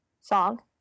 song